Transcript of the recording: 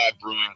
brewing